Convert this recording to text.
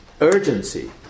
urgency